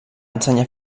ensenyar